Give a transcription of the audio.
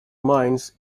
minds